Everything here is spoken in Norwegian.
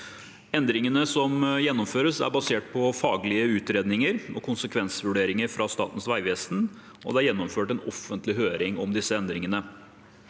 Endringene som gjennomføres, er basert på faglige utredninger og konsekvensvurderinger fra Statens vegvesen, og det er gjennomført en offentlig høring om disse endringene.